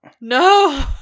No